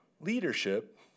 leadership